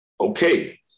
okay